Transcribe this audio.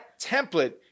template